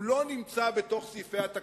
הוא לא נמצא בתוך סעיפי התקציב,